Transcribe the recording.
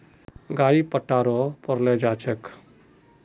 गाड़ी पट्टा रो पर ले जा छेक